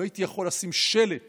אם הייתי יכול לשים שלט